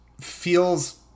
feels